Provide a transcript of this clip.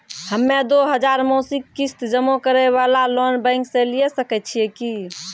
हम्मय दो हजार मासिक किस्त जमा करे वाला लोन बैंक से लिये सकय छियै की?